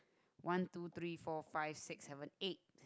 one two three four five six seven eight